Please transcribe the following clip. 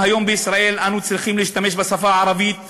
היום בישראל אנו צריכים להשתמש בשפה הערבית